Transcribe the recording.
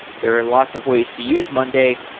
there are lots of ways to use monday,